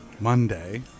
Monday